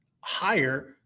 higher